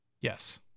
Yes